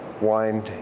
wine